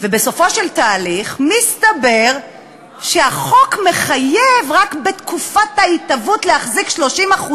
ובסופו של תהליך מסתבר שהחוק מחייב רק בתקופת ההתהוות להחזיק 30%